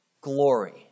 glory